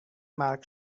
مرگ